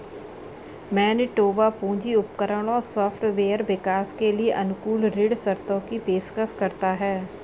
Manitoba पूंजी उपकरण और सॉफ्टवेयर विकास के लिए अनुकूल ऋण शर्तों की पेशकश करता है